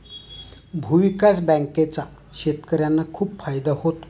भूविकास बँकांचा शेतकर्यांना खूप फायदा होतो